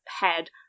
head